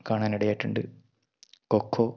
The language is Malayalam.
കാണാനിടയായിട്ടുണ്ട് കൊക്കോ